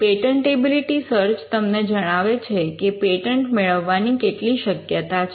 patentability search તમને જણાવે છે કે પેટન્ટ મેળવવા ની કેટલી શક્યતા છે